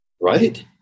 Right